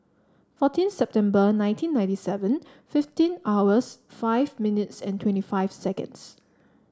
fourteen September nineteen ninety seven fifteen hours five minutes and twenty five seconds